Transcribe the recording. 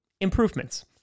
improvements